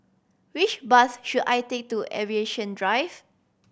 which bus should I take to Aviation Drive